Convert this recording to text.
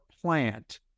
plant